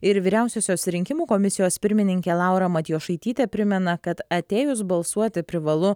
ir vyriausiosios rinkimų komisijos pirmininkė laura matjošaitytė primena kad atėjus balsuoti privalu